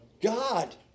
God